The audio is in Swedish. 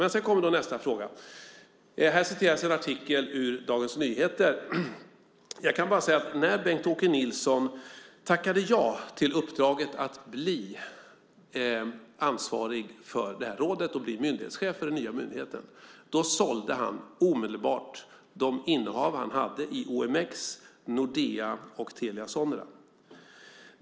Men så kommer nästa fråga. Här citerades en artikel ur Dagens Nyheter. När Bengt-Åke Nilsson tackade ja till uppdraget att bli ansvarig för rådet och myndighetschef för den nya myndigheten sålde han omedelbart de innehav han hade i OMX, Nordea och Telia Sonera.